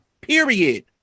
Period